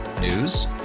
News